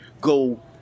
go